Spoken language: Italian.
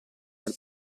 del